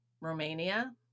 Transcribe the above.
Romania